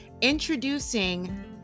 Introducing